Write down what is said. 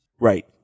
Right